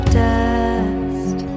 dust